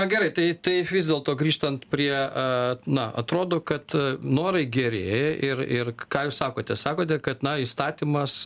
gerai tai tai vis dėlto grįžtant prie a na atrodo kad norai gerėja ir ir ką jūs sakote sakote kad na įstatymas